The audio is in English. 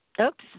Oops